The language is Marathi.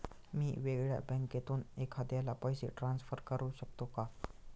मी वेगळ्या बँकेतून एखाद्याला पैसे ट्रान्सफर करू शकतो का?